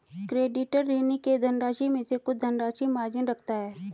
creditor, ऋणी के धनराशि में से कुछ धनराशि मार्जिन रखता है